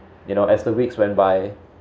you know as the weeks went by